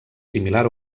similar